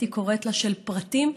הייתי קוראת לה, של פרטים,